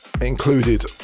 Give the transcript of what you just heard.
included